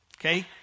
Okay